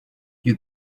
you